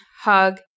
hug